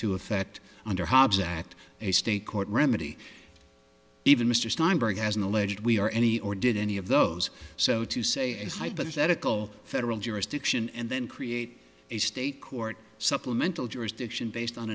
to effect under hobbs act a state court remedy even mr steinberg as an alleged we are any or did any of those so to say as hypothetical federal jurisdiction and then create a state court supplemental jurisdiction based on